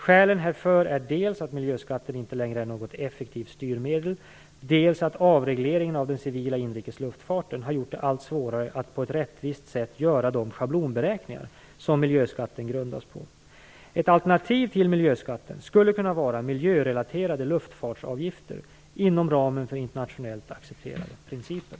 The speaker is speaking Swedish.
Skälen härför är dels att miljöskatten inte längre är något effektivt styrmedel, dels att avregleringen av den civila inrikes luftfarten har gjort det allt svårare att på ett rättvist sätt göra de schablonberäkningar som miljöskatten grundas på. Ett alternativ till miljöskatten skulle kunna vara miljörelaterade luftfartsavgifter inom ramen för internationellt accepterade principer.